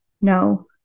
No